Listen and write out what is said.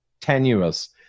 tenuous